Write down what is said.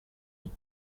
nuit